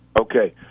Okay